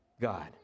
God